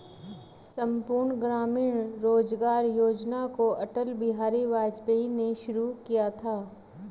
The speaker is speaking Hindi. संपूर्ण ग्रामीण रोजगार योजना को अटल बिहारी वाजपेयी ने शुरू किया था